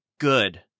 Good